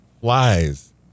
flies